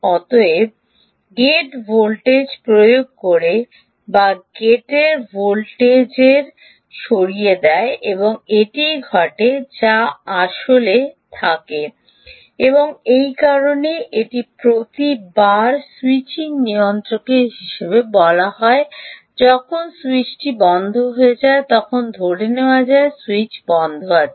অতএব gate voltage প্রয়োগ করে বা গেটের ভোল্টেজ সরিয়ে দেয় এবং এটিই ঘটে যা আসলে ঘটে থাকে এবং এই কারণেই এটি প্রতিবার স্যুইচিং নিয়ন্ত্রক হিসাবে বলা হয় যখন স্যুইচটি বন্ধ হয়ে যায় তখন ধরে নেওয়া যায় সুইচ বন্ধ আছে